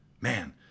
Man